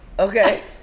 okay